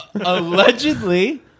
Allegedly